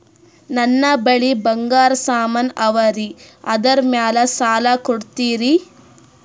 ನನ್ನ ಬಳಿ ಬಂಗಾರ ಸಾಮಾನ ಅವರಿ ಅದರ ಮ್ಯಾಲ ಸಾಲ ಕೊಡ್ತೀರಿ?